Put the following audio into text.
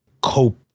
cope